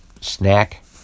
snack